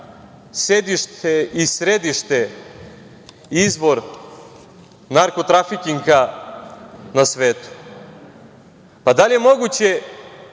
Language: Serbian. sedište i središte, izvor narko trafikinga na svetu. Da li je moguće